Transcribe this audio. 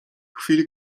chwili